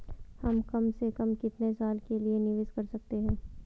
हम कम से कम कितने साल के लिए निवेश कर सकते हैं?